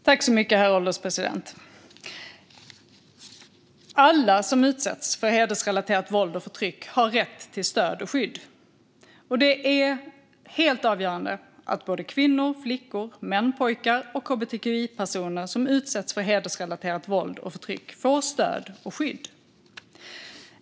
Herr ålderspresident! Alla som utsätts för hedersrelaterat våld och förtryck har rätt till stöd och skydd. Det är helt avgörande att kvinnor, flickor, män, pojkar och hbtqi-personer som utsätts för hedersrelaterat våld och förtryck får stöd och skydd.